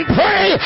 pray